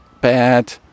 bad